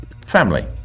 Family